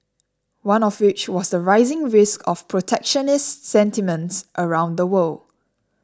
one of which was the rising risk of protectionist sentiments around the world